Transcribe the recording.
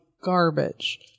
garbage